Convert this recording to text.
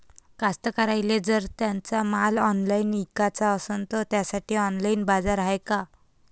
कास्तकाराइले जर त्यांचा माल ऑनलाइन इकाचा असन तर त्यासाठी ऑनलाइन बाजार हाय का?